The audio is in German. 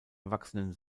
erwachsenen